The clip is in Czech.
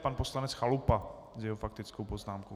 Pan poslanec Chalupa s faktickou poznámkou.